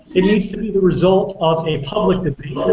it needs to be the result of a public debate